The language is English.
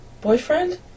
boyfriend